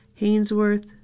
Hainsworth